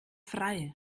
frei